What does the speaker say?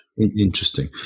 Interesting